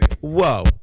whoa